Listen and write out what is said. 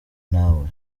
nawe